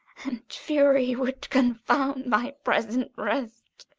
and fury would confound my present rest.